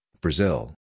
Brazil